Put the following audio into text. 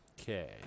Okay